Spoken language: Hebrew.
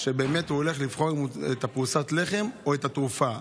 הוא הולך לבחור בין פרוסת הלחם לבין התרופה.